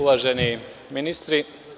Uvaženi ministri.